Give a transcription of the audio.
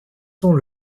sont